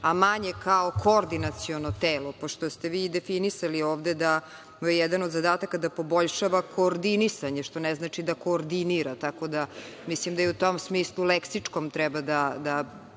a manje kao koordinaciono telo. Pošto ste vi definisali ovde da mu je jedan od zadataka da poboljšava koordinisanje, što ne znači da koordinira. Tako da, mislim da i u tom smislu, leksičkom, treba da